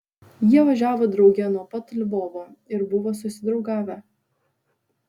jie važiavo drauge nuo pat lvovo ir buvo susidraugavę